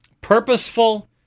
purposeful